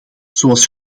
zoals